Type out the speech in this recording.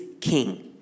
king